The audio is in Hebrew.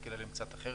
להסתכל עליהן קצת אחרת.